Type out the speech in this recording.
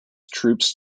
troops